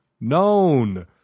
known